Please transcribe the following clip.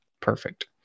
Perfect